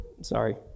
sorry